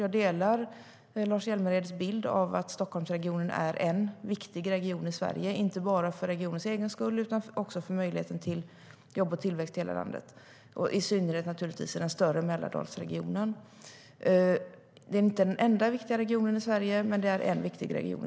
Jag delar Lars Hjälmereds bild av Stockholmsregionen som en viktig region i Sverige, inte bara för regionens egen skull utan också för möjligheten till jobb och tillväxt i hela landet - i synnerhet i den större Mälardalsregionen, naturligtvis. Det är inte den enda viktiga regionen i Sverige, men det är en viktig region.